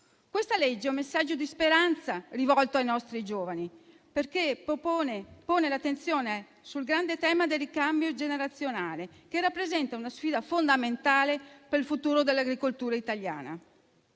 Questo provvedimento è un messaggio di speranza rivolto ai nostri giovani, perché pone l'attenzione sul grande tema del ricambio generazionale, che rappresenta una sfida fondamentale per il futuro dell'agricoltura italiana;